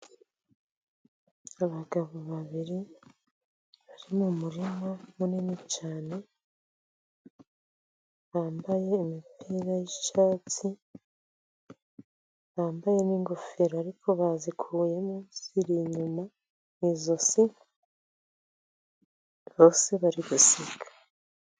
Abagabo babiri bari mu murima munini cyane, bambaye imipira y'icyatsi, bambaye n'ingofero ariko bazikuyemo ziri inyuma mu ijosi, bose bari guseka.